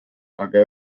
aga